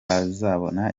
bazabona